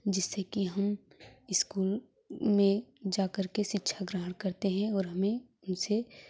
जिससे कि हम स्कूल में जाकर के शिक्षा ग्रहण करते हैं और हमें उनसे